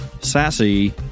sassy